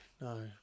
no